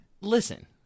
Listen